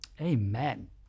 Amen